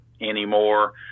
anymore